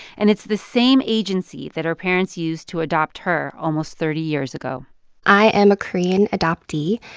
and it's the same agency that her parents used to adopt her almost thirty years ago i am a korean adoptee.